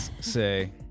say